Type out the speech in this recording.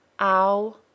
OW